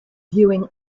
viewing